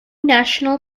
national